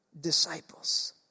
disciples